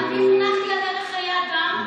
אני חונכתי על ערך חיי אדם.